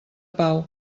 pau